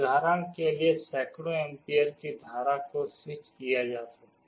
उदाहरण के लिए सैकड़ों एम्पीयर की धारा को स्विच किया जा सकता है